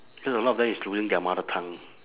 cause a lot of them is losing their mother tongue